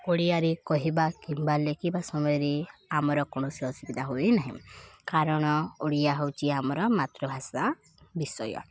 ଓଡ଼ିଆରେ କହିବା କିମ୍ବା ଲେଖିବା ସମୟରେ ଆମର କୌଣସି ଅସୁବିଧା ହୋଇ ନାହିଁ କାରଣ ଓଡ଼ିଆ ହେଉଛି ଆମର ମାତୃଭାଷା ବିଷୟ